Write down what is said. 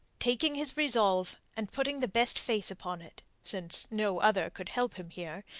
taking his resolve, and putting the best face upon it, since no other could help him here,